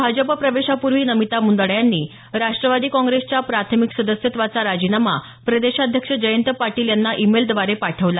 भाजप प्रवेशापूर्वी नमिता मुंदंडा यांनी राष्टवादी काँग्रेसच्या प्राथमिक सदस्यत्वाचा राजीनामा प्रदेशाध्यक्ष जयंत पाटील यांना ईमेलद्वारे पाठवला